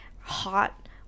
hot